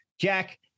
jack